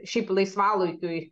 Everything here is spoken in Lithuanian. šiaip laisvalaikiui